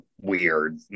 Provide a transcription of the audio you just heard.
weird